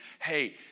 hey